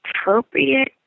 appropriate